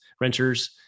renters